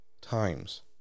times